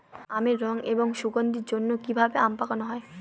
আমের রং এবং সুগন্ধির জন্য কি ভাবে আম পাকানো হয়?